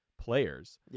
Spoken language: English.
players